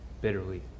bitterly